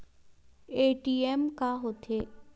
ATM का होथे?